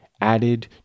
added